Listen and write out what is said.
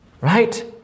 right